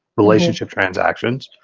relationship transactions.